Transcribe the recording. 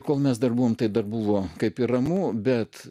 kol mes dar buvome tai dar buvo kaip ir ramu bet